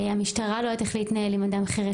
המשטרה לא יודעת איך להתנהל עם אדם חירש,